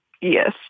Yes